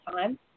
time